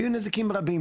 היו נזקים רבים,